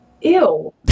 ew